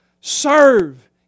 Serve